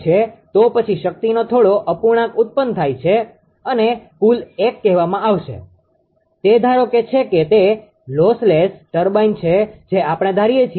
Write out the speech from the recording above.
છે તો પછી શક્તિનો થોડો અપૂર્ણાંક ઉત્પન્ન થાય છે અને કુલ 1 કહેવામાં આવશે તે ધારે છે કે તે લોસલેસ ટર્બાઇન છે જે આપણે ધારીએ છીએ